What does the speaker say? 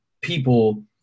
people